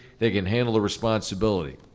they can handle the responsibility.